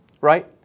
right